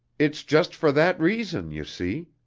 it's just for that reason, you see.